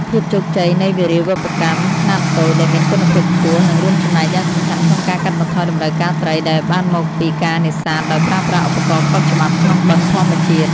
ភាពជោគជ័យនៃវារីវប្បកម្មខ្នាតតូចដែលមានគុណភាពខ្ពស់ នឹងរួមចំណែកយ៉ាងសំខាន់ក្នុងការកាត់បន្ថយតម្រូវការត្រីដែលបានមកពីការនេសាទដោយប្រើប្រាស់ឧបករណ៍ខុសច្បាប់ក្នុងបឹងធម្មជាតិ។